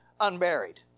unburied